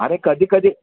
अरे कधीकधी